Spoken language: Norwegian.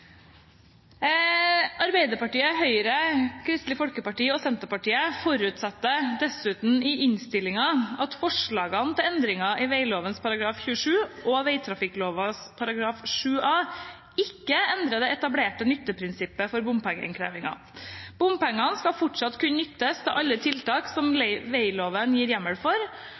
Arbeiderpartiet, Høyre, Kristelig Folkeparti og Senterpartiet forutsetter dessuten i innstillingen at forslagene til endringer i veglovens § 27 og vegtrafikklovens § 7a ikke endrer det etablerte nytteprinsippet for bompengeinnkreving. Bompengene skal fortsatt kunne nyttes til alle tiltak som vegloven gir hjemmel for,